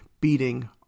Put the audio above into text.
beating